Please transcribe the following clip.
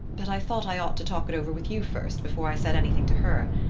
but i thought i ought to talk it over with you first before i said anything to her.